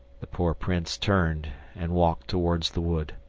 the poor prince turned and walked towards the wood.